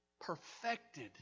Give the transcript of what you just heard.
perfected